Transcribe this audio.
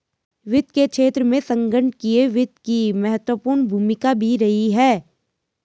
वित्त के क्षेत्र में संगणकीय वित्त की महत्वपूर्ण भूमिका भी रही है